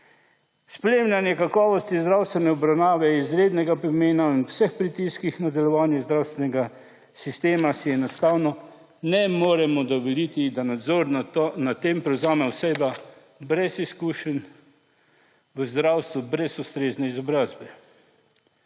Spremljanje kakovosti zdravstvene obravnave je izrednega pomena in ob vseh pritiskih nadaljevanje zdravstvenega sistema si enostavno ne moremo dovoliti, da nadzor nad tem prevzame oseba brez izkušenj v zdravstvu brez ustrezne izobrazbe.